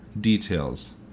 details